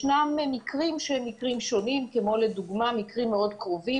ישנם מקרים שונים כמו מקרים קרובים מאוד,